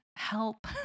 help